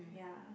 yeah